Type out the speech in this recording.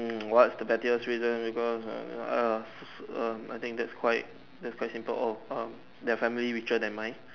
mm what is the pettiest reason because I think that is quite that is quite simple oh um their family richer than mine